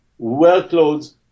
workloads